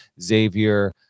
Xavier